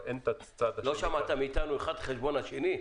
ואין את הצד השני --- לא שמעת מאתנו אחד על חשבון השני,